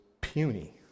puny